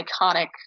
iconic